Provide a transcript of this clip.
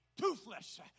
toothless